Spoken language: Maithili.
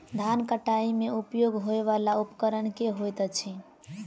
धान कटाई मे उपयोग होयवला उपकरण केँ होइत अछि?